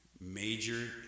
major